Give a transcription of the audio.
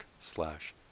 slash